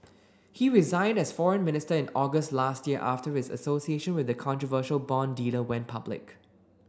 he resigned as foreign minister in August last year after his association with the controversial bond dealer went public